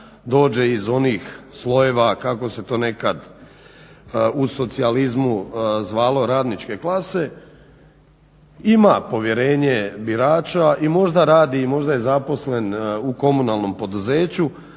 dođe iz onih slojeva kako se to nekad u socijalizmu zvalo radničke klase, ima povjerenje birača i možda radi, možda je zaposlen u komunalnom poduzeću